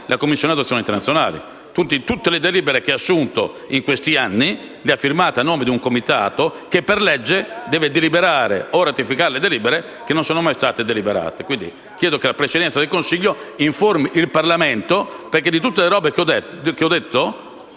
la Commissione per le adozioni internazionali. Tutte le delibere da lei assunte in questi anni le ha firmate a nome di un comitato che, per legge, deve deliberare o ratificare delibere che non sono mai state deliberate. Chiedo pertanto che la Presidenza del Consiglio informi il Parlamento, perché tutto ciò che ho detto